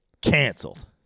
Canceled